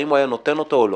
האם הוא היה נותן אותו או לא?